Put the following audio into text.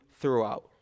throughout